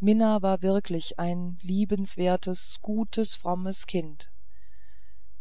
mina war wirklich ein liebewertes gutes frommes kind